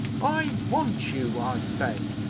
i want you, i say.